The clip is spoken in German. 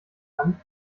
kann